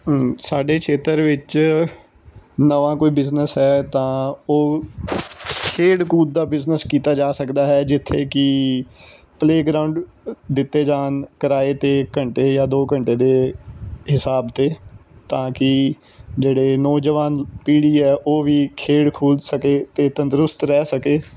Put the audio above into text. ਸਾਡੇ ਖੇਤਰ ਵਿੱਚ ਨਵਾਂ ਕੋਈ ਬਿਜ਼ਨਸ ਹੈ ਤਾਂ ਉਹ ਖੇਡ ਕੂਦ ਦਾ ਬਿਜ਼ਨਸ ਕੀਤਾ ਜਾ ਸਕਦਾ ਹੈ ਜਿੱਥੇ ਕਿ ਪਲੇਗਰਾਊਂਡ ਦਿੱਤੇ ਜਾਣ ਕਿਰਾਏ 'ਤੇ ਘੰਟੇ ਜਾਂ ਦੋ ਘੰਟੇ ਦੇ ਹਿਸਾਬ 'ਤੇ ਤਾਂ ਕਿ ਜਿਹੜੇ ਨੌਜਵਾਨ ਪੀੜ੍ਹੀ ਹੈ ਉਹ ਵੀ ਖੇਡ ਖੂਲ ਸਕੇ ਅਤੇ ਤੰਦਰੁਸਤ ਰਹਿ ਸਕੇ